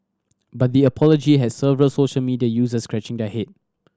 but the apology had several social media users scratching their head